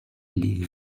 les